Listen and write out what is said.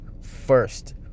First